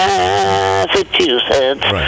Massachusetts